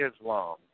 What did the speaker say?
Islam